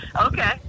okay